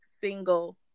single